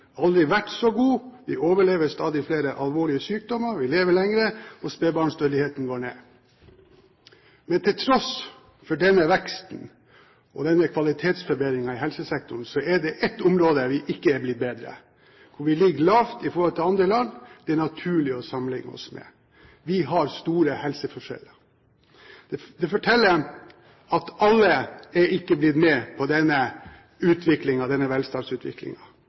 aldri vært så god. Vi overlever stadig flere alvorlige sykdommer, vi lever lenger, og spedbarnsdødeligheten går ned. Men til tross for denne veksten og denne kvalitetsforbedringen i helsesektoren er det et område hvor vi ikke er blitt bedre, hvor vi ligger lavt i forhold til andre land det er naturlig å sammenligne oss med, og det er at vi har store helseforskjeller. Det forteller at alle ikke har blitt med på denne